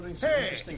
Hey